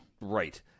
Right